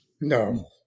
No